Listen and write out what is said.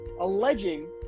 alleging